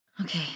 Okay